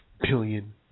billion